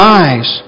eyes